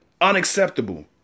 Unacceptable